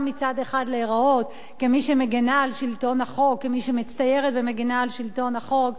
גם מצד אחד להיראות כמי שמצטיירת ומגינה על שלטון החוק,